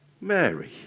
Mary